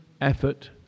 effort